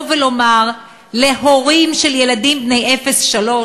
ולומר להורים של ילדים בני אפס עד שלוש,